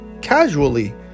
casually